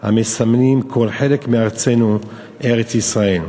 המסמנים כל חלק מארצנו, ארץ-ישראל.